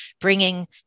bringing